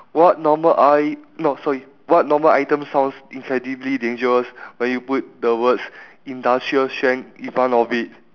what normal i~ no sorry what normal item sounds incredibly dangerous when you put the words industrial strength in front of it